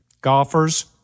Golfers